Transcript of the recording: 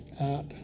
art